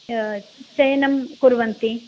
चयनं कुर्वन्ति